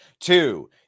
Two